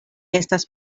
estas